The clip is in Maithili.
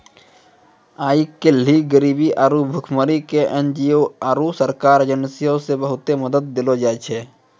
आइ काल्हि गरीबी आरु भुखमरी के एन.जी.ओ आरु सरकारी एजेंसीयो से बहुते मदत देलो जाय छै